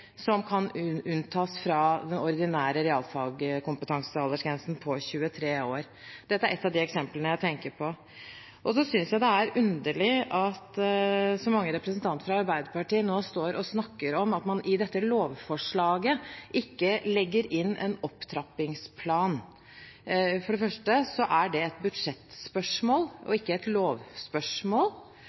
som kan unntas fra den ordinære realkompetansealdersgrensen på 23 år. Dette er et av de eksemplene jeg tenker på. Så synes jeg det er underlig at så mange representanter fra Arbeiderpartiet snakker om at man i dette lovforslaget ikke legger inn en opptrappingsplan. For det første er det et budsjettspørsmål og ikke et lovspørsmål.